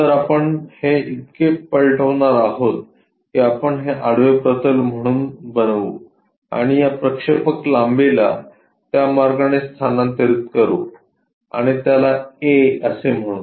तर आपण हे इतके पलटवणार आहोत की आपण हे आडवे प्रतल म्हणून बनवू आणि या प्रक्षेपक लांबीला त्या मार्गाने स्थानांतरित करू आणि त्याला a असे म्हणू